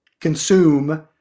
consume